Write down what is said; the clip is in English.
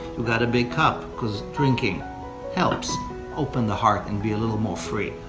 you've got a big cup cause drinking helps open the heart and be a little more free.